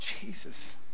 Jesus